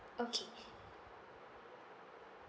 okay